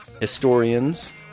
historians